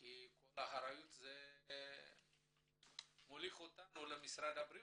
כי כל האחריות מוליכה אותנו למשרד הבריאות,